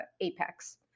apex